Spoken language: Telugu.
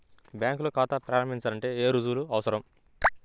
బ్యాంకులో ఖాతా ప్రారంభించాలంటే ఏ రుజువులు అవసరం?